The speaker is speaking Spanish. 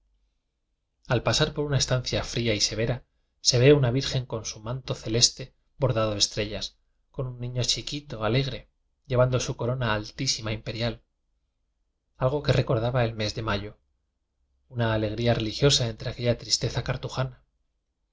al pasar por una estancia fría y severa se ve una virgen con su manto celeste bor dado de estrellas con un niño chiquito ale gre llevando su corona altísima imperial algo que recordaba el mes de mayo una alegría religiosa entre aquella tristeza cartu